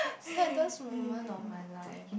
saddest moment of my life